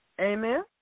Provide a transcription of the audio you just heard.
Amen